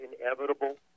inevitable